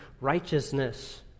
righteousness